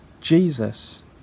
Jesus